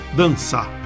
dançar